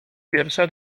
pierwsza